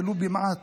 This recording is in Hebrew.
ולו במעט,